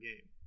game